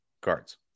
cards